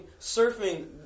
surfing